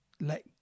let